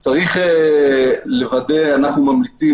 צריך לוודא אנחנו ממליצים,